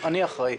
אני אחראי.